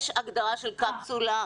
יש הגדרה של קפסולה,